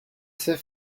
sait